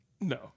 no